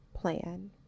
plan